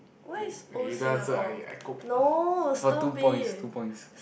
you okay you don't answer I I cope for two points two points